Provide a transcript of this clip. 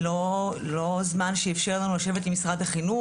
לא זמן שאיפשר לנו לשבת עם משרד החינוך